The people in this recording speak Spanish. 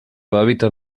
hábitat